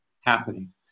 happening